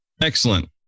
Excellent